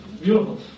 Beautiful